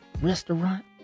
restaurant